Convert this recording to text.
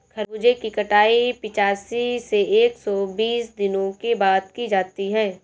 खरबूजे की कटाई पिचासी से एक सो बीस दिनों के बाद की जाती है